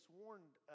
warned